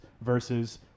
versus